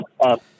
up